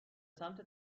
سمت